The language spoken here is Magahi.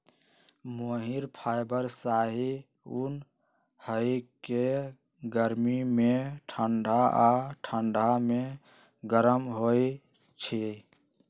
मोहिर फाइबर शाहि उन हइ के गर्मी में ठण्डा आऽ ठण्डा में गरम होइ छइ